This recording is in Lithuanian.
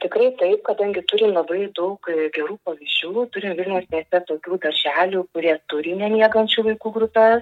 tikrai taip kadangi turim labai daug gerų pavyzdžių turim vilniaus mieste tokių darželių kurie turi nemiegančių vaikų grupes